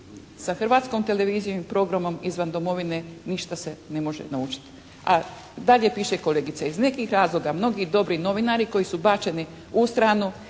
sa Hrvatskom televizijom i programom izvan domovine ništa se ne može naučiti. A dalje piše kolegica: «Iz nekih razloga mnogi dobri novinari koji su bačeni u stranu